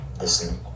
listen